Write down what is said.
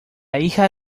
hija